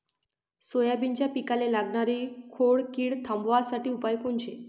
सोयाबीनच्या पिकाले लागनारी खोड किड थांबवासाठी उपाय कोनचे?